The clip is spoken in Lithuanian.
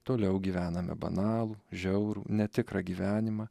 toliau gyvename banalų žiaurų netikrą gyvenimą